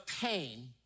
pain